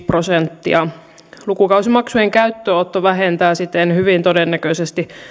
prosenttia lukukausimaksujen käyttöönotto vähentää siten hyvin todennäköisesti